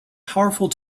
powerful